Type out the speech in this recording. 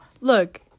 Look